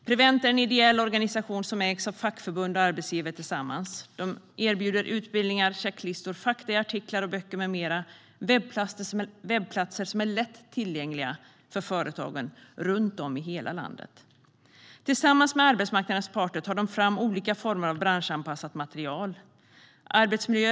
Prevent är en ideell organisation som ägs av fackförbund och arbetsgivare tillsammans. De erbjuder bland annat utbildningar, checklistor, faktaartiklar, böcker och webbplatser som är lättillgängliga för företagen runt om i hela landet. Tillsammans med arbetsmarknadens parter tar de fram olika former av branschanpassat material gällande arbetsmiljöer.